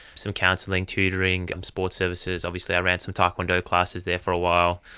some counselling, tutoring, um sports services. obviously i ran some taekwondo classes there for a while.